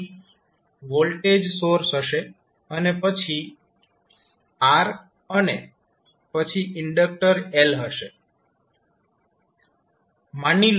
અહીં voltage source હશે અને પછી R અને પછી ઇન્ડક્ટર L હશે